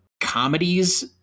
comedies